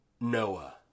Noah